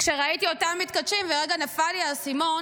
כשראיתי אותם מתכתשים, לרגע נפל לי האסימון.